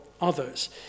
others